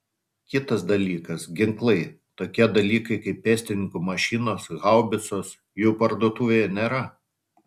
kitas dalykas ginklai tokie dalykai kaip pėstininkų mašinos haubicos jų parduotuvėje nėra